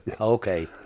Okay